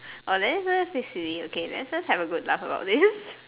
orh there someone say silly okay lets just have a good laugh about this